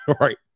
right